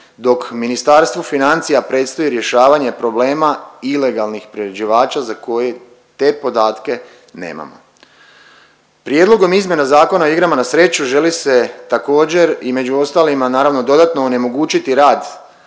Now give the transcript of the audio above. dok Ministarstvu financija predstoji rješavanje problema ilegalnih priređivača za koje te podatke nemamo. Prijedlogom izmjena Zakona o igrama na sreću želi se također i među ostalima naravno dodatno onemogućiti rad